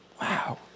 Wow